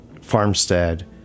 farmstead